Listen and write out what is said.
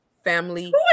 Family